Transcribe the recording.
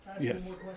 Yes